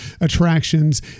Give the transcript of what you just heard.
attractions